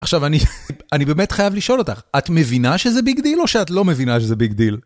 עכשיו אני באמת חייב לשאול אותך, את מבינה שזה ביג דיל או שאת לא מבינה שזה ביג דיל?